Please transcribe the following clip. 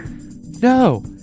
No